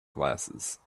glasses